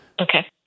Okay